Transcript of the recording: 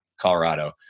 Colorado